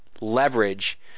leverage